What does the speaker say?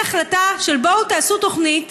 אין החלטה: בואו תעשו תוכנית